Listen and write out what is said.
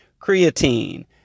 creatine